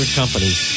companies